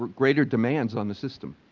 greater demands on the system